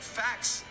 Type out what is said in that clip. facts